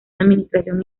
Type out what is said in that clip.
administración